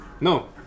no